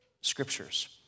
scriptures